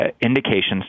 Indications